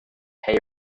pay